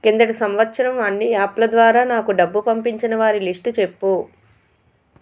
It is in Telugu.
క్రిందటి సంవత్సరం అన్ని యాప్ల ద్వారా నాకు డబ్బు పంపించిన వారి లిస్టు చెప్పు